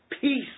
peace